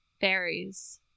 Fairies